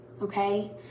Okay